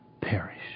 perish